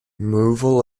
removal